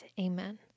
Amen